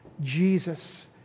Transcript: Jesus